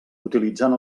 utilitzant